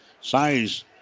Size